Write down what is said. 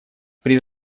при